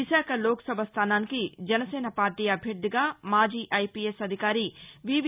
విశాఖ లోక్సభ స్థానానికి జనసేన పార్టీ అభ్యర్థిగా మాజీ ఐపిఎస్ అధికారి వివి